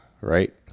right